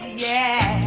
yeah